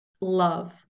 love